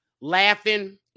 laughing